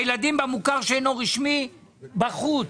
הילדים במוכר שאינו רשמי בחוץ.